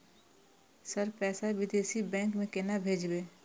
Sir पैसा विदेशी bank में केना भेजबे?